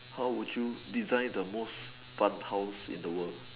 how would you design the most fun house in the world